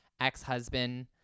ex-husband